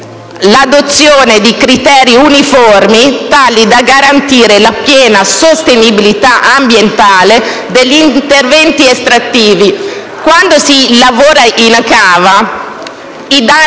l'adozione di criteri uniformi tali da garantire la piena sostenibilità ambientale degli interventi estrattivi. Quando si lavora in cava i danni